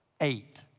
Eight